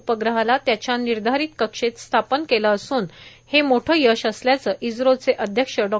उपग्रहाला त्यांच्या निर्धारित कक्षेत स्थापित केलं असून हे मोठं यश असल्याचं इस्त्रोचे अध्यक्ष डॉ